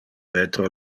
retro